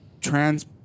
trans